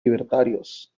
libertarios